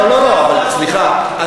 לא מבין איפה האיזונים,